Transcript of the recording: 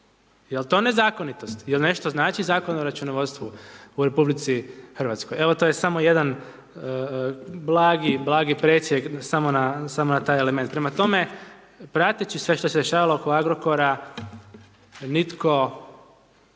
Jel to nezakonitost, jel nešto znači Zakon o računovodstvu u RH? Evo to je samo jedan blagi, blagi presjek samo na taj element. Prema tome, prateći sve što se dešavalo oko Agrokora, nitko,